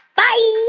bye